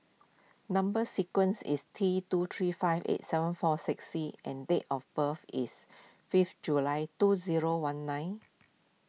Number Sequence is T two three five eight seven four six C and date of birth is fifth July two zero one nine